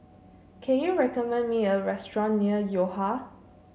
can you recommend me a restaurant near Yo Ha